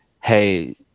hey